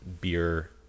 beer